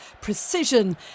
precision